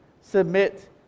Submit